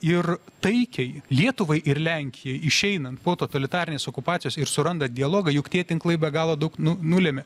ir taikiai lietuvai ir lenkijai išeinant po totalitarinės okupacijos ir surandant dialogą juk tie tinklai be galo daug nu nulėmė